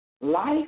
life